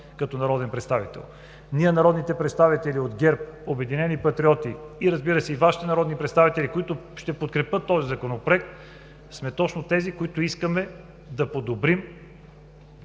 като народен представител. Ние, народните представители от ГЕРБ, „Обединени патриоти“, разбира се, и Вашите народни представители, които ще подкрепят Законопроекта, сме точно тези, които искаме да подобрим